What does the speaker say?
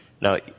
Now